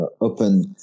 open